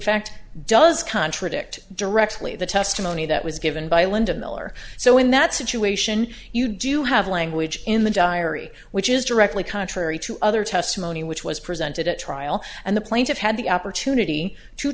fact does contradict directly the testimony that was given by linda miller so in that situation you do have language in the diary which is directly contrary to other testimony which was presented at trial and the plaintiff had the opportunity to